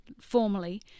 formally